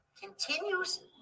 continues